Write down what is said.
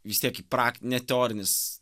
vis tiek įprak ne teorinis